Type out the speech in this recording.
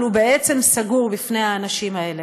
אבל הוא בעצם סגור בפני האנשים האלה.